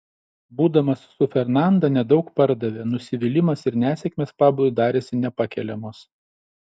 būdamas su fernanda nedaug pardavė nusivylimas ir nesėkmės pablui darėsi nepakeliamos